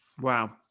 Wow